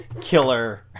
killer